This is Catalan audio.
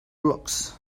blocs